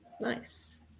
Nice